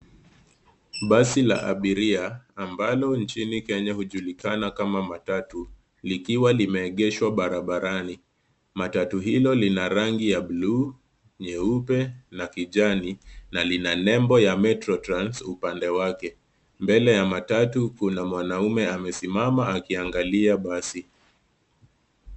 Basi la abiria ambalo nchini Kenya hujulikana kama matatu likiwa limeegeshwa barabarani. Matatu hilo lina rangi ya bluu, nyeupe na kijani na lina nembo ya metro trans upande wake. Mbele ya matatu kuna mwanaume amesimama akiangalia basi.